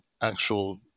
actual